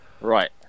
Right